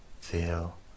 feel